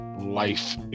life